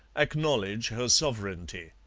acknowledge her sovereignty.